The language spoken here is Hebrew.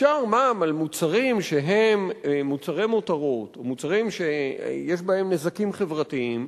אפשר מע"מ על מוצרים שהם מוצרי מותרות או מוצרים שיש בהם נזקים חברתיים,